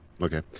Okay